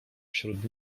wśród